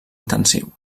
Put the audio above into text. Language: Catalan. intensiu